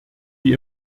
die